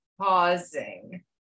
pausing